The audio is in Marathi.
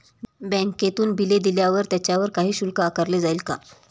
बँकेतून बिले दिल्यावर त्याच्यावर काही शुल्क आकारले जाईल का?